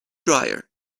dryer